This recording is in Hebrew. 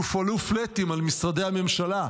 יופעלו "פלאטים" על משרדי הממשלה.